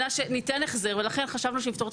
אלא שניתן החזר ולכן חשבנו שנפתור את